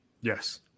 Yes